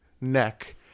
neck